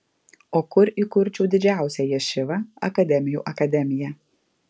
o kur įkurčiau didžiausią ješivą akademijų akademiją